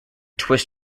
twist